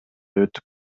өтүп